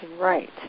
right